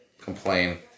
Complain